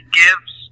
gives